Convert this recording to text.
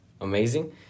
amazing